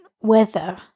weather